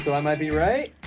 so i might be right?